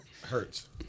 Hurts